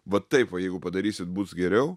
va taip va jeigu padarysit bus geriau